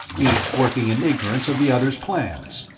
each working in ignorance of the other's plans.